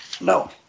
No